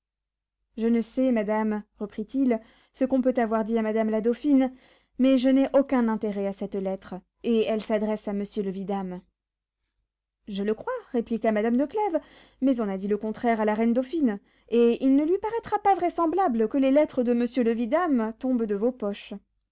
je ne sais madame reprit-il ce qu'on peut avoir dit à madame la dauphine mais je n'ai aucun intérêt à cette lettre et elle s'adresse à monsieur le vidame je le crois répliqua madame de clèves mais on a dit le contraire à la reine dauphine et il ne lui paraîtra pas vraisemblable que les lettres de monsieur le vidame tombent de vos poches